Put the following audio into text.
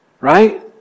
Right